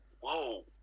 whoa